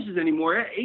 anymore